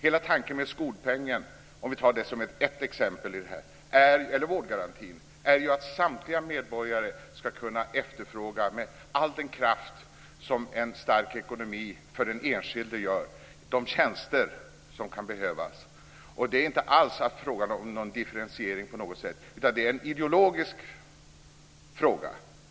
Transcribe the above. Hela tanken med skolpengen, om vi tar den som ett exempel, eller vårdgarantin, är ju att samtliga medborgare ska kunna efterfråga, med all den kraft som en stark ekonomi för den enskilde gör, de tjänster som kan behövas. Det är inte alls fråga om någon differentiering på något sätt, utan det är en ideologisk fråga.